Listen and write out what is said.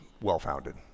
well-founded